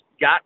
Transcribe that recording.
got